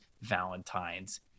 valentine's